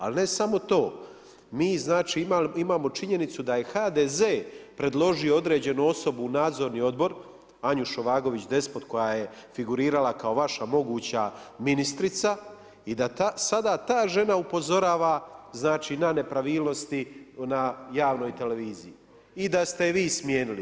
Ali ne samo to, mi znači imamo činjenicu da je HDZ predložio određenu osobu u nadzorni odbor Anju Šovagović Despot koja je figurirala kao vaša moguća ministrica i da sada ta žena upozorava znači na nepravilnosti na javnoj televiziji i da ste je vi smijenili.